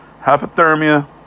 hypothermia